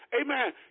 amen